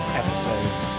episodes